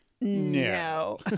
No